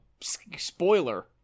spoiler